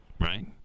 Right